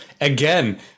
again